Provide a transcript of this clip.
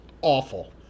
Awful